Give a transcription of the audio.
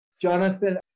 Jonathan